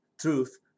truth